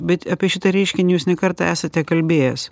bet apie šitą reiškinį jūs ne kartą esate kalbėjęs